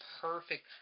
perfect